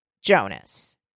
Jonas